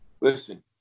Listen